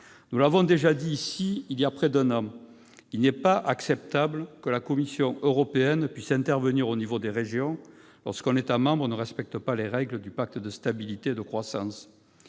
Nous l'avons déjà dit ici, voilà près d'un an, il n'est pas acceptable que la Commission européenne puisse intervenir au niveau des régions lorsqu'un État membre ne respecte pas les règles du pacte de stabilité et de croissance.